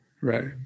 Right